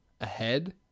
ahead